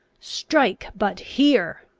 strike, but hear